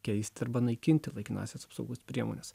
keisti arba naikinti laikinąsias apsaugos priemones